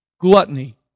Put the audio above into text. Gluttony